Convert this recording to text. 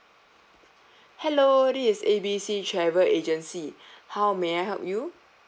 hello this is A B C travel agency how may I help you